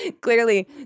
Clearly